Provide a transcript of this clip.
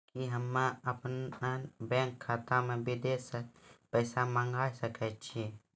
कि होम अपन बैंक खाता मे विदेश से पैसा मंगाय सकै छी?